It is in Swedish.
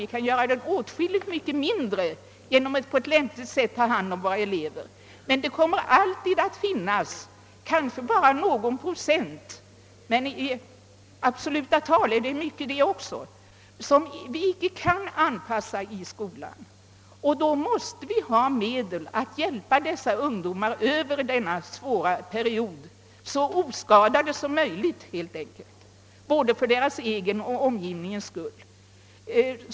Vi kan krympa den så att den blir åtskilligt mindre, genom att på lämpligt sätt ta hand om våra elever, men det kommer alltid att finnas kanske bara någon procent — vilket i absoluta tal också är ett stort antal — som vi icke kan anpassa i skolan. Vi måste ha medel att hjälpa dessa ungdomar över denna svåra period helt enkelt så oskadade som möjligt, både för deras egen och för omgivningens skull.